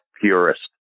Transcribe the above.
purist